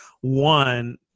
one